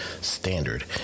standard